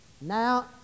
now